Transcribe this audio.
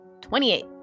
twenty-eight